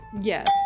Yes